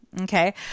Okay